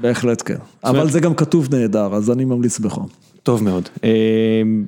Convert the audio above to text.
בהחלט כן. אבל זה גם כתוב נהדר, אז אני ממליץ בחום. טוב מאוד.